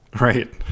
Right